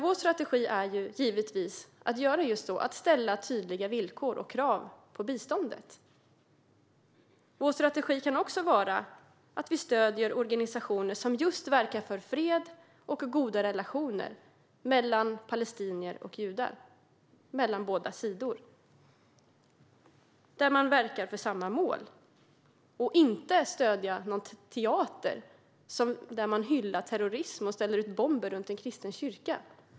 Vår strategi är givetvis att just ställa tydliga villkor och krav på biståndet. Vår strategi kan också vara att stödja organisationer som verkar för fred och goda relationer mellan palestinier och judar där man på båda sidor verkar för samma mål - inte att stödja en teater där man hyllar terrorister som ställer ut bomber runt en kristen kyrka.